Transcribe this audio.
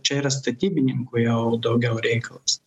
čia yra statybininkų jau daugiau reikalas